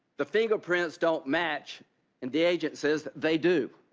the fingerprints don't match and the agent says they do.